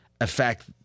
affect